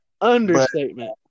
Understatement